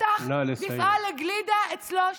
פתח מפעל לגלידה אצלו במטבח.